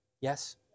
Yes